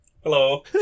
Hello